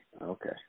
okay